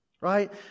right